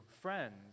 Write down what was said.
friends